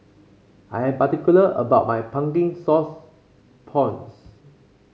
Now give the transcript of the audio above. I am particular about my Pumpkin Sauce Prawns